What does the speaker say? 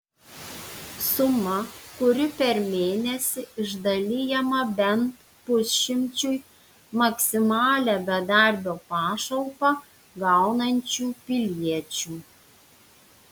suma kuri per mėnesį išdalijama bent pusšimčiui maksimalią bedarbio pašalpą gaunančių piliečių